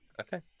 Okay